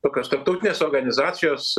tokios tarptautinės organizacijos